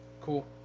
Cool